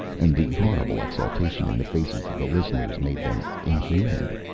and the horrible exultation in the faces of the listeners made them inhuman.